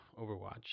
Overwatch